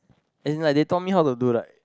as in like they taught me how to do like